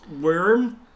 worm